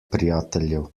prijateljev